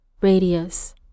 radius